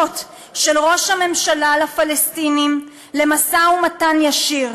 של ראש הממשלה לפלסטינים למשא-ומתן ישיר.